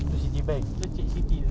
kau tarik kan